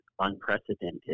unprecedented